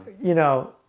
you know,